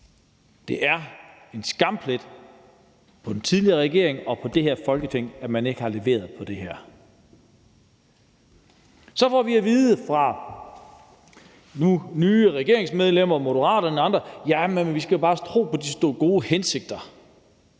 Det er en skamplet på den tidligere regering og på det her Folketing, at man ikke har leveret på det her. Så får vi at vide af nu nye regeringsmedlemmer, Moderaterne og andre, at vi bare skal tro på de gode hensigter.